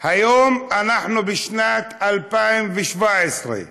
היום, בשנת 2017,